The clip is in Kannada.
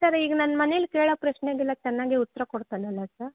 ಸರ್ ಈಗ ನಾನು ಮನೇಲಿ ಕೇಳೋ ಪ್ರಶ್ನೆಗೆಲ್ಲ ಚೆನ್ನಾಗೆ ಉತ್ತರ ಕೊಡ್ತಾನಲ್ಲ ಸರ್